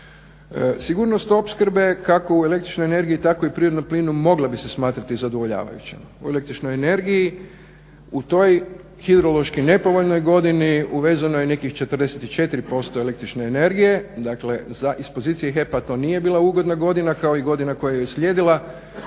Sigurnost opskrbe, kako u električnoj energiji tako i prirodnom plinu, mogla bi se smatrati zadovoljavajućom. U električnoj energiji u toj hidrološki nepovoljnoj godini uvezeno je nekih 44% električne energije, dakle iz pozicije HEP-a to nije bila ugodna godina, kao i godina koja je uslijedila.